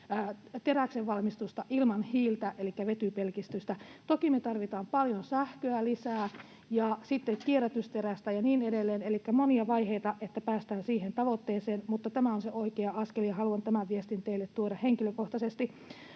teräksen valmistusta ilman hiiltä elikkä vetypelkistystä. Toki me tarvitaan paljon sähköä lisää ja sitten kierrätysterästä ja niin edelleen, elikkä on monia vaiheita, että päästään siihen tavoitteeseen, mutta tämä on oikea askel, ja haluan tämän viestin teille tuoda henkilökohtaisesti.